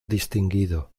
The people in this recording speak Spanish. distinguido